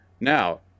Now